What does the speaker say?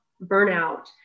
burnout